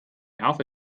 alpha